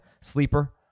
sleeper